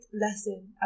lesson